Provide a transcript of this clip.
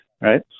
right